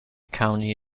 county